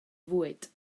fwyd